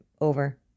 Over